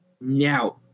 now